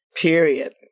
period